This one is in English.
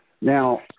Now